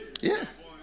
Yes